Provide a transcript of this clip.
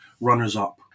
runners-up